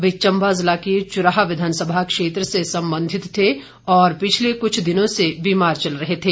वे चंबा जिला के चुराह विधानसभा क्षेत्र से संबंधित थे और पिछले कुछ दिनों से बीमार चल रहे थे